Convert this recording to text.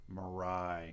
mirai